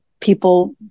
people